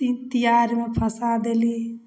तिआरमे फँसा देलहुँ